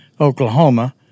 Oklahoma